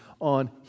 on